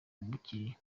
bukeye